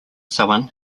someone